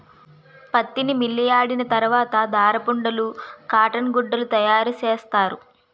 పత్తిని మిల్లియాడిన తరవాత దారపుండలు కాటన్ గుడ్డలు తయారసేస్తారు